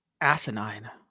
asinine